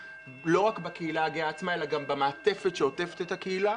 ולא רק בקהילה הגאה אלא גם במעטפת שעוטפת את הקהילה.